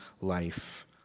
life